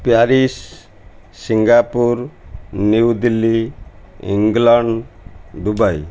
Paris Singapore New Delhi England Dubai